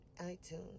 iTunes